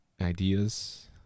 ideas